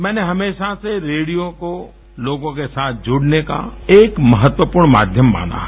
मैंने हमेशा से रेडियो को लोगों के साथ जुड़ने का एक महत्वपूर्ण माध्यम माना है